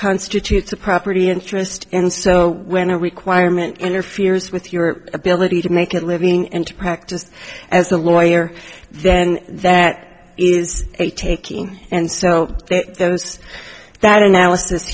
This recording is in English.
constitutes a property interest and so when a requirement interferes with your ability to make a living and to practice as a lawyer then that is a taking and so those that analysis